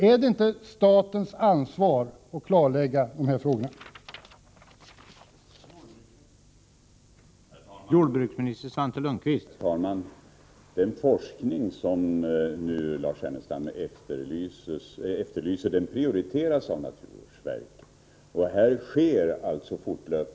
Är det inte staten som har ansvaret för att de här problemen klarläggs?